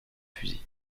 fusils